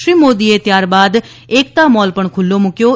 શ્રી મોદીએ ત્યાર બાદ એકતા મોલ પણ ખુલ્લો મૂક્યો હતો